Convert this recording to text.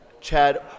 Chad